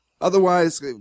Otherwise